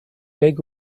big